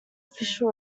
official